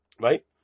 Right